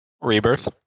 Rebirth